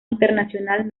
internacional